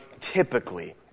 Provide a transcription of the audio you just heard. typically